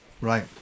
Right